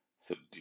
subdue